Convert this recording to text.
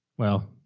well,